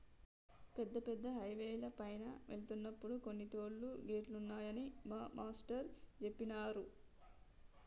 పెద్ద పెద్ద హైవేల పైన వెళ్తున్నప్పుడు కొన్ని టోలు గేటులుంటాయని మా మేష్టారు జెప్పినారు